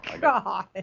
God